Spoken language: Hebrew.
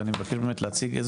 ואני מבקש להציג,